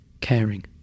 caring